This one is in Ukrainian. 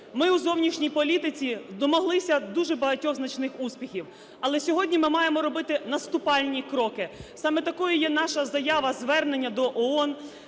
ми у зовнішній політиці домоглися дуже багатьох значних успіхів. Але сьогодні ми маємо робити наступальні кроки. Саме такою є наша заява-звернення до ООН,